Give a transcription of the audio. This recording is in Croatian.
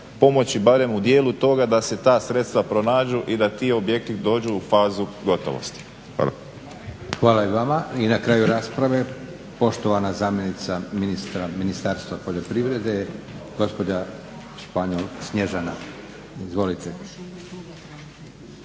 pomoći barem u dijelu toga, da se ta sredstva pronađu i da ti objekti dođu u fazu gotovosti. Hvala. **Leko, Josip (SDP)** Hvala i vama. I na kraju rasprave poštovana zamjenica ministra Ministarstva poljoprivrede, gospođa Španjol Snježana. Izvolite